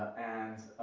and